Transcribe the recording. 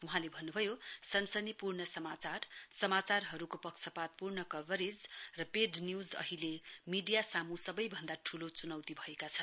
वहाँले भन्नुभयो सनसनीपूर्ण समाचारहरूको पक्षपातपूर्ण कबरेज र पेड न्यूज अहिले मीडिया सामू सबैभन्दा ठूलो चुनौती भएका छन्